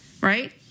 right